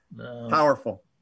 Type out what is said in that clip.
powerful